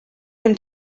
him